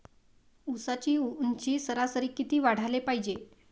ऊसाची ऊंची सरासरी किती वाढाले पायजे?